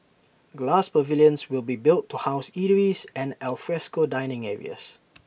glass pavilions will be built to house eateries and alfresco dining areas